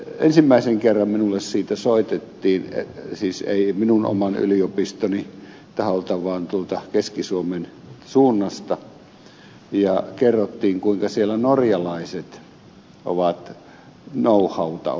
ensimmäisen kerran minulle siitä soitettiin siis ei minun oman yliopistoni taholta vaan tuolta keski suomen suunnasta ja kerrottiin kuinka siellä norjalaiset ovat knowhowta ostamassa